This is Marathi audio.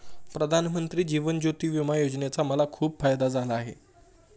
प्रधानमंत्री जीवन ज्योती विमा योजनेचा मला खूप फायदा झाला आहे